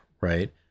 right